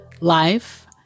Life